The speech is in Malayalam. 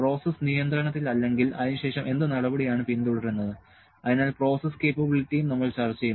പ്രോസസ്സ് നിയന്ത്രണത്തിലല്ലെങ്കിൽ അതിനുശേഷം എന്ത് നടപടിയാണ് പിന്തുടരുന്നത് അതിനാൽ പ്രോസസ് കേപ്പബിലിറ്റിയും നമ്മൾ ചർച്ച ചെയ്യും